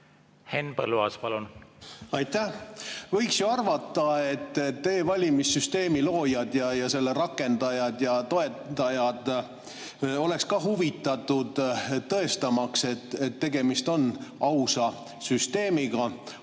Henn Põlluaas, palun! Aitäh! Võiks ju arvata, et e‑valimiste süsteemi loojad ja rakendajad ja toetajad oleksid huvitatud tõestamisest, et tegemist on ausa süsteemiga.